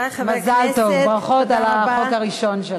מזל טוב, ברכות על החוק הראשון שלך.